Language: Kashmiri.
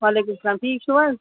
وعلیکُم سلام ٹھیٖک چھُو حظ